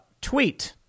tweet